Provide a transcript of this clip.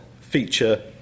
feature